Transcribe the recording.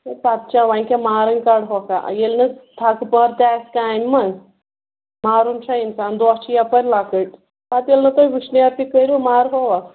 تہٕ پَتہٕ چھا وۄنۍ کیٛاہ مارٕنۍ کَڈہوکھاہ ییٚلہِ نہٕ تھکہٕ پٔہر تہِ آسہِ کامہِ منٛز مارُن چھا اِنسان دۄہ چھِ یَپٲرۍ لۅکٕٹۍ پَتہٕ ییٚلہِ نہٕ تُہۍ وُشنَیر تہِ کٔرِو مارہوا